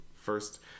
First